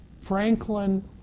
Franklin